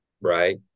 right